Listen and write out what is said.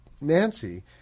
Nancy